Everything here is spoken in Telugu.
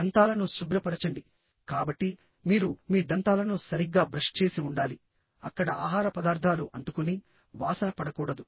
దంతాలను శుభ్రపరచండి కాబట్టి మీరు మీ దంతాలను సరిగ్గా బ్రష్ చేసి ఉండాలి అక్కడ ఆహార పదార్థాలు అంటుకొని వాసన పడకూడదు